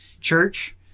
church